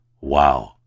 Wow